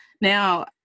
now